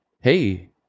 hey